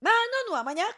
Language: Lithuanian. mano nuomone